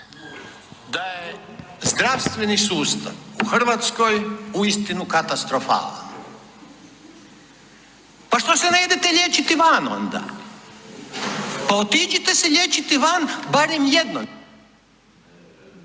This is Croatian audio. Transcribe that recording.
da je zdravstveni sustav u Hrvatskoj uistinu katastrofalan, pa što se ne idete liječiti van, pa otiđite se liječiti van barem jednom.